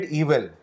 evil